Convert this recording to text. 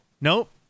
Nope